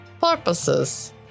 Purposes